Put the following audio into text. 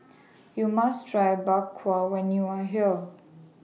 YOU must Try Bak Kwa when YOU Are here